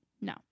No